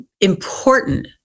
important